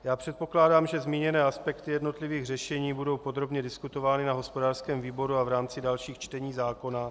Já předpokládám, že zmíněné aspekty jednotlivých řešení budou podrobně diskutovány na hospodářském výboru a v rámci dalších čtení zákona.